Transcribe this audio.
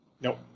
Nope